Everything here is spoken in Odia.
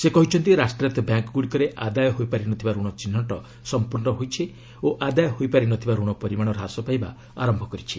ସେ କହିଛନ୍ତି ରାଷ୍ଟ୍ରାୟତ ବ୍ୟାଙ୍କ୍ଗୁଡ଼ିକରେ ଆଦାୟ ହୋଇପାରିନଥିବା ଋଣ ଚିହ୍ନଟ ସମ୍ପର୍ଶ୍ଣ ହୋଇଛି ଓ ଆଦାୟ ହୋଇପାରିନଥିବା ରଣ ପରିମାଣ ହ୍ରାସ ପାଇବା ଆରମ୍ଭ କରିଛି